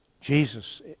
Jesus